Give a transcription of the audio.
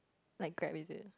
like grab is it